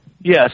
Yes